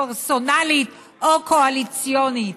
פרסונלית או קואליציונית,